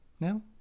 No